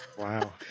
Wow